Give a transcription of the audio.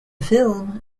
film